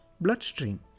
bloodstream